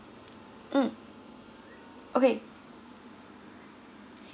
mm okay